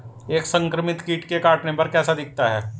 एक संक्रमित कीट के काटने पर कैसा दिखता है?